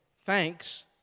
Thanks